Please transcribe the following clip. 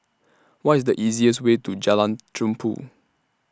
What IS The easiest Way to Jalan Tumpu